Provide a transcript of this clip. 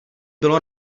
bylo